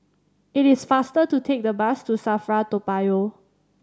it is faster to take the bus to SAFRA Toa Payoh